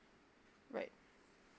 right